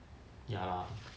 ya